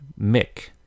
mick